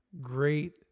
great